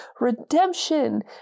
redemption